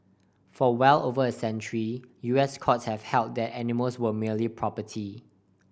for well over a century U S courts have held that animals were merely property